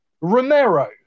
Romero